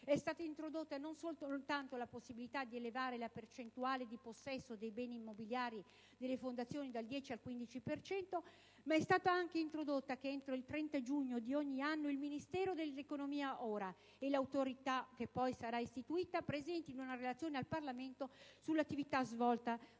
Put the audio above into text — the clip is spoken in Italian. È stata introdotta non soltanto la possibilità di elevare la percentuale di possesso dei beni immobiliari delle fondazioni dal 10 al 15 per cento, ma è stata anche introdotta la previsione che, entro il 30 giugno di ogni anno, il Ministero dell'economia ora e l'Autorità che sarà istituita poi presentino una relazione al Parlamento sull'attività svolta dalle